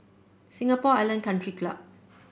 Singapore Island Country Club